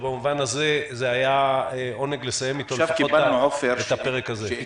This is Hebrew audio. במובן הזה, זה היה עונג לסיים איתו את הפרק הזה.